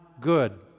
good